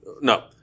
No